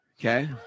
Okay